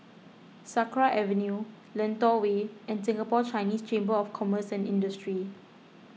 Sakra Avenue Lentor Way and Singapore Chinese Chamber of Commerce and Industry